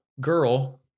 girl